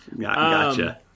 Gotcha